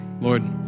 Lord